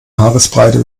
haaresbreite